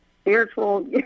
spiritual